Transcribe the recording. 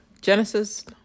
Genesis